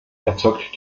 erzeugt